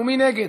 מי נגד?